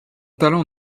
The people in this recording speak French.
talent